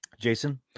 Jason